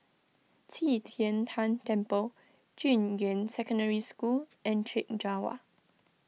Qi Tian Tan Temple Junyuan Secondary School and Chek Jawa